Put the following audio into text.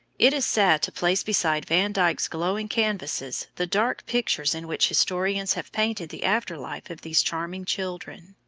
it is sad to place beside van dyck's glowing canvases, the dark pictures in which historians have painted the after-life of these charming children.